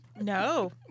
No